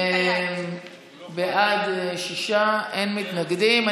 בעד, שישה, אין מתנגדים.